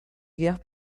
guerre